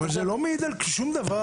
אבל זה לא מעיד על שום דבר.